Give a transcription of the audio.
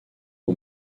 aux